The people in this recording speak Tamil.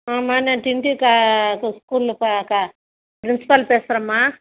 ஆமாம் நான் க ஸ்கூலில் ப க ப்ரின்ஸ்பாள் பேசுகிறேன்ம்மா